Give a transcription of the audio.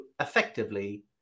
effectively